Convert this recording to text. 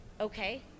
okay